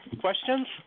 Questions